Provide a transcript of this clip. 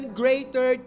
greater